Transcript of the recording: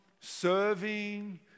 serving